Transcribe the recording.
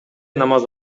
намаз